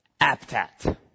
aptat